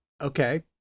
Okay